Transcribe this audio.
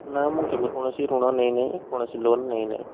ନା ମୁଁ କେବେ କୌଣସି ଋଣ ନେଇନାହିଁ କୌଣସି ଲୋନ୍ ନେଇନାହିଁ